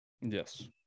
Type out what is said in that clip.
Yes